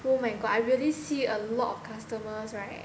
oh my god I really see a lot of customers right